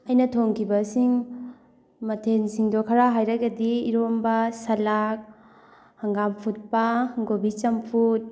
ꯑꯩꯅ ꯊꯣꯡꯈꯤꯕꯁꯤꯡ ꯃꯊꯦꯟꯁꯤꯡꯗꯣ ꯈꯔ ꯍꯥꯏꯔꯒꯗꯤ ꯏꯔꯣꯝꯕ ꯁꯂꯥꯛ ꯍꯪꯒꯥꯝ ꯐꯨꯠꯄ ꯀꯣꯕꯤ ꯆꯝꯐꯨꯠ